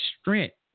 strength